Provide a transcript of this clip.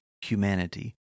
humanity